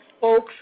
folks